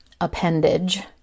appendage